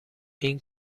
این